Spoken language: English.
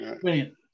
brilliant